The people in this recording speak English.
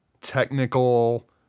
technical